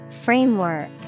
Framework